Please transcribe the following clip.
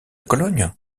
cologne